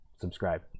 subscribe